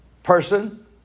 Person